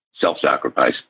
self-sacrifice